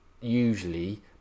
usually